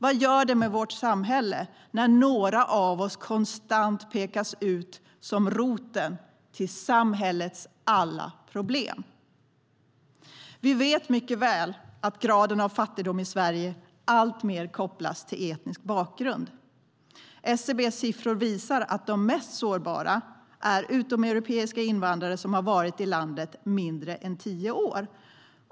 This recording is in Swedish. Vad gör det med vårt samhälle när några av oss konstant pekas ut som roten till samhällets alla problem? Vi vet mycket väl att graden av fattigdom i Sverige alltmer kopplas till etnisk bakgrund. SCB:s siffror visar att de mest sårbara är utomeuropeiska invandrare som varit i landet mindre än tio år.